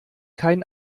kein